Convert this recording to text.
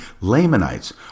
Lamanites